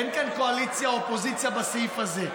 אין כאן קואליציה או אופוזיציה בסעיף הזה.